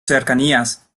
cercanías